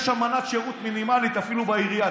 יש אמנת שירות מינימלית אפילו בעירייה.